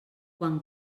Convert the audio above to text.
quan